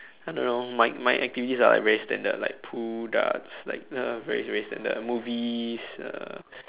I don't know my my activities are like very standard like pool darts like uh very very standard movies uh